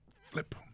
flip